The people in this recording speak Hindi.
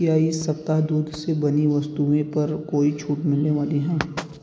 क्या इस सप्ताह दूध से बनी वस्तुएँ पर कोई छूट मिलने वाली है